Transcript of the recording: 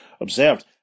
observed